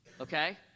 okay